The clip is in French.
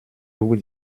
vous